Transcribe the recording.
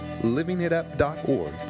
LivingItUp.org